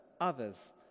others